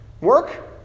Work